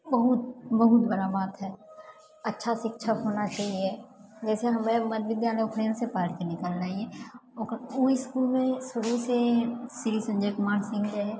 बहुत बहुत बड़ा बात है अच्छा शिक्षक होना चाहिए जैसे हम्मे मध्य विद्यालय से पढ़िके निकललीह ओ इसकुल शुरुसँ ही श्री संजय कुमार सिंहके है